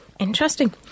Interesting